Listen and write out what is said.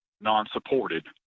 non-supported